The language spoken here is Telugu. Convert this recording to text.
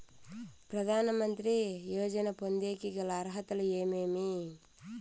ప్రధాన మంత్రి యోజన పొందేకి గల అర్హతలు ఏమేమి?